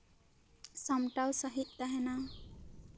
ᱥᱟᱢᱴᱟᱣ ᱥᱟᱹᱦᱤᱡ ᱛᱟᱦᱮᱱᱟ